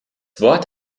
wort